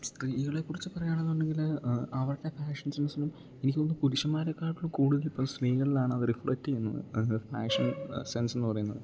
സ്ത്രീകളെ കുറിച്ച് പറയുകയാണെന്നുണ്ടെങ്കിൽ അവരുടെ ഫാഷൻ സെൻസ് എനിക്ക് തോന്നുന്നു പുരുഷന്മാരെക്കാട്ടും കൂടുതലിപ്പോൾ സ്ത്രീകളിലാണത് റിഫ്ലക്ട് ചെയ്യുന്നത് അത് ഫാഷൻ സെൻസ് എന്ന് പറയുന്നത്